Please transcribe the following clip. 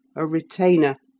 a retainer,